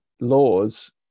laws